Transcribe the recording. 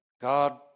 God